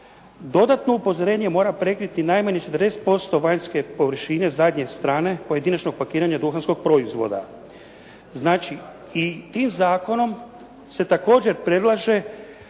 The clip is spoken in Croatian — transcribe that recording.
Dodatno upozorenje mora prekriti najmanje 40% vanjske površine zadnje strane pojedinačnog pakiranja duhanskog proizvoda. Znači, i tim zakonom se također predlaže